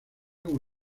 como